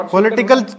Political